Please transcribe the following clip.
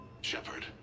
Shepard